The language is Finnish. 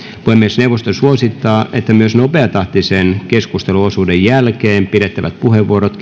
puhemiesneuvosto suosittaa että myös nopeatahtisen keskusteluosuuden jälkeen pidettävät puheenvuorot